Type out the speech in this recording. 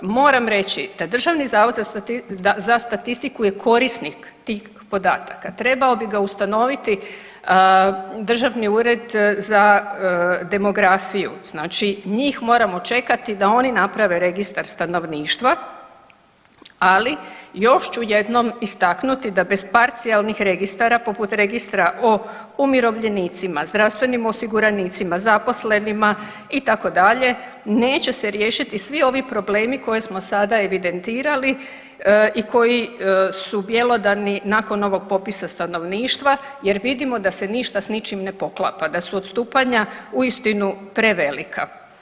Moram reći da DZS je korisnik tih podataka, trebao bi ga ustanoviti Državni ured za demografiju, znači njih moramo čekati da oni naprave registar stanovništva, ali još ću jednom istaknuti da bez parcijalnih registara, poput registra o umirovljenicima, zdravstvenim osiguranicima, zaposlenima itd., neće se riješiti svi ovi problemi koje smo sada evidentirali i koji su bjelodani nakon ovog popisa stanovništva jer vidimo da se ništa s ničim ne poklapa, da su odstupanja uistinu prevelika.